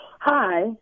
Hi